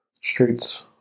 streets